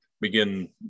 begin